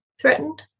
threatened